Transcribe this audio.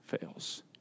fails